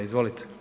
Izvolite.